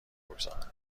بگذارند